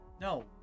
no